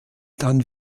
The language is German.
dann